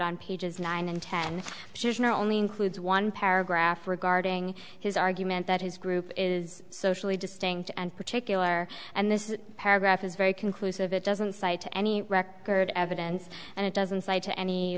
on pages nine and ten only includes one paragraph regarding his argument that his group is socially distinct and particular and this paragraph is very conclusive it doesn't cite to any record evidence and it doesn't cite to any